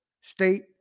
State